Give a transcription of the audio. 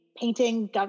painting